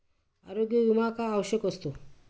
आरोग्य विमा का आवश्यक असतो?